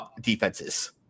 defenses